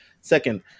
Second